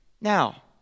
Now